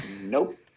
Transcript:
Nope